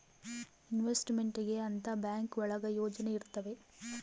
investment ಗೆ ಅಂತ bank ಒಳಗ ಯೋಜನೆ ಇರ್ತವೆ